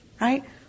Right